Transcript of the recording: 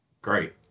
Great